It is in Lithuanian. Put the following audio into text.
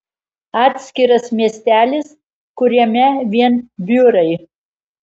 atskiras miestelis kuriame vien biurai